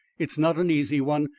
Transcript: it is not an easy one,